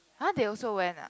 !huh! they also went ah